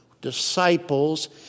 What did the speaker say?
disciples